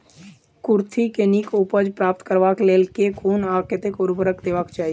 कुर्थी केँ नीक उपज प्राप्त करबाक लेल केँ कुन आ कतेक उर्वरक देबाक चाहि?